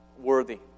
worthy